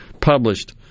published